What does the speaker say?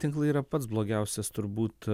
tinklai yra pats blogiausias turbūt